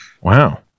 wow